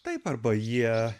taip arba jie